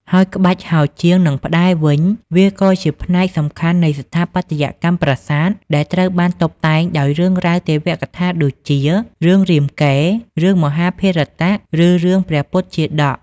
ហើយក្បាច់ហោជាង និងផ្តែរវិញ វាក៏ជាផ្នែកសំខាន់នៃស្ថាបត្យកម្មប្រាសាទ ដែលត្រូវបានតុបតែងដោយរឿងរ៉ាវទេវកថាដូចជា រឿងរាមកេរ្តិ៍ រឿងមហាភារតៈ ឬរឿងព្រះពុទ្ធជាតក។